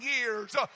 years